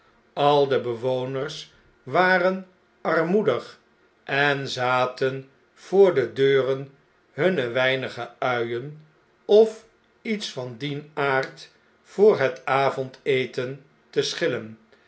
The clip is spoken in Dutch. al de bewoners waren armoedig en zaten voor de deuren hunne weinige uien of iets van dien aard voor het avondeten te schillen